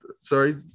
Sorry